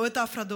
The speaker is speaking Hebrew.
לא את ההפרדות,